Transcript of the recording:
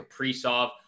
Kaprizov